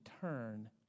turn